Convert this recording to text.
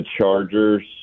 Chargers